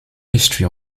history